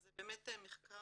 זה באמת מחקר